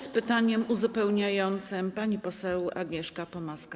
Z pytaniem uzupełniającym pani poseł Agnieszka Pomaska.